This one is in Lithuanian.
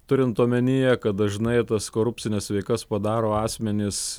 turint omenyje kad dažnai tas korupcines veikas padaro asmenys